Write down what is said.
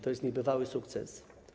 To jest niebywały sukces.